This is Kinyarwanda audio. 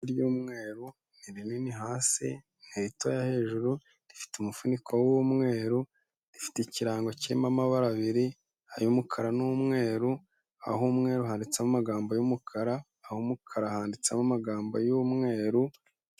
Icupa ry'umweru, ni rinini hasi, ni rito hejuru, rifite umufuniko w'umweru, rifite ikirango kirimo amabara abiri, umukara n'umweru, aho umweru handitsemo amagambo y'umukara, aho umukara handitsemo amagambo y'umweru.